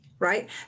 Right